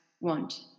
want